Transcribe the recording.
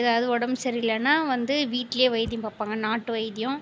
ஏதாவது உடம்பு சரியில்லைன்னா வந்து வீட்டிலயே வைத்தியம் பார்ப்பாங்க நாட்டு வைத்தியம்